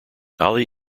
ali